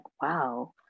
wow